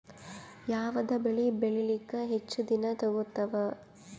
ಯಾವದ ಬೆಳಿ ಬೇಳಿಲಾಕ ಹೆಚ್ಚ ದಿನಾ ತೋಗತ್ತಾವ?